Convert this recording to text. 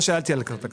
לא שאלתי על התקנות,